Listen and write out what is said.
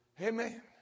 Amen